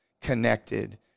connected